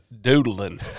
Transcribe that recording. doodling